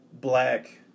black